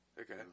Okay